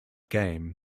game